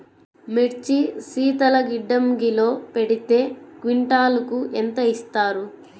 మిర్చి శీతల గిడ్డంగిలో పెడితే క్వింటాలుకు ఎంత ఇస్తారు?